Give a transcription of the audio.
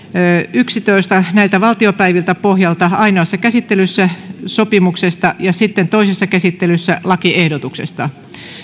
yksitoista pohjalta ainoassa käsittelyssä sopimuksesta ja sitten toisessa käsittelyssä lakiehdotuksesta